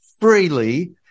freely